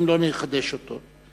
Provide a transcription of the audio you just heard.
אם לא נחדש אותו,